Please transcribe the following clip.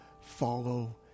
follow